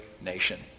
nation